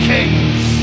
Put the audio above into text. Kings